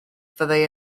fyddai